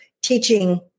teaching